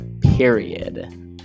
Period